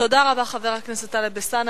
תודה רבה לחבר הכנסת טלב אלסאנע.